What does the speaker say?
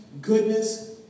goodness